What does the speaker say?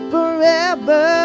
Forever